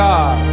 God